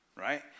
right